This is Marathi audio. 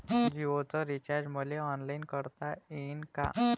जीओच रिचार्ज मले ऑनलाईन करता येईन का?